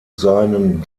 seinen